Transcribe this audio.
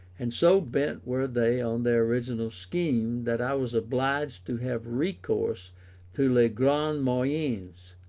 and so bent were they on their original scheme, that i was obliged to have recourse to les grands moyens.